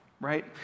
Right